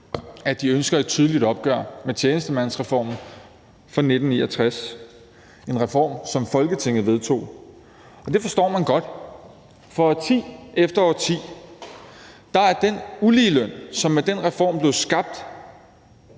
at de ønsker et tydeligt opgør med tjenestemandsreformen fra 1969, en reform, som Folketinget vedtog. Og det forstår man godt. For årti efter årti er den uligeløn, som med den reform blev skabt